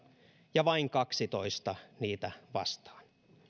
ja vain kaksitoista niitä vastaan